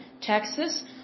Texas